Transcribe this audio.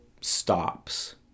stops